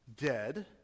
dead